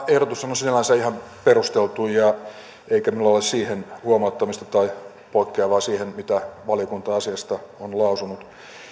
ehdotus on sinänsä ihan perusteltu eikä minulla ole siihen huomauttamista tai poikkeavaa siihen mitä valiokunta asiasta on lausunut